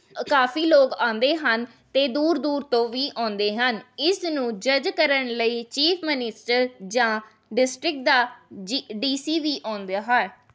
ਅ ਕਾਫੀ ਲੋਕ ਆਉਂਦੇ ਹਨ ਅਤੇ ਦੂਰ ਦੂਰ ਤੋਂ ਵੀ ਆਉਂਦੇ ਹਨ ਇਸ ਨੂੰ ਜੱਜ ਕਰਨ ਲਈ ਚੀਫ਼ ਮਨਿਸਟਰ ਜਾਂ ਡਿਸਟ੍ਰਿਕ ਦਾ ਜੀ ਡੀ ਸੀ ਵੀ ਆਉਂਦਾ ਹੈ